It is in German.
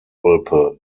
olpe